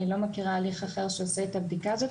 אני לא מכירה הליך אחר שעושה את הבדיקה הזאת.